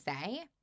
say